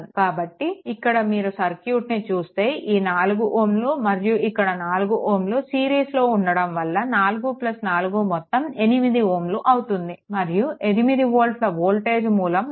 కాబట్టి ఇక్కడ మీరు సర్క్యూట్ని చూస్తే ఈ 4 Ω మరియు ఇక్కడ 4 Ω సిరీస్లోలో ఉండడం వల్ల 44 మొత్తం 8 Ω అవుతుంది మరియు 8 వోల్ట్ల వోల్టేజ్ మూలం ఉంది